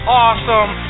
awesome